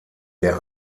der